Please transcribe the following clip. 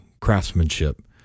craftsmanship